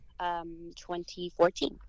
2014